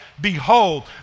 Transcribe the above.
Behold